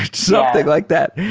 something like that. yeah.